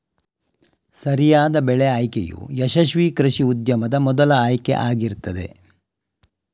ಸರಿಯಾದ ಬೆಳೆ ಆಯ್ಕೆಯು ಯಶಸ್ವೀ ಕೃಷಿ ಉದ್ಯಮದ ಮೊದಲ ಆಯ್ಕೆ ಆಗಿರ್ತದೆ